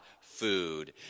food